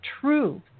True